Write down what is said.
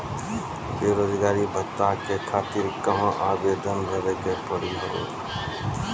बेरोजगारी भत्ता के खातिर कहां आवेदन भरे के पड़ी हो?